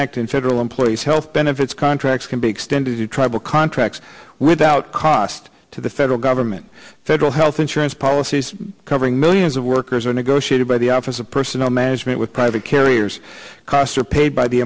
act in federal employees health benefits contracts can be extended to tribal contracts without cost to the federal government federal health insurance policies covering millions of workers are negotiated by the office of personnel management with private carriers cost are paid by the